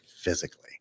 physically